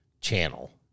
channel